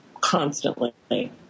constantly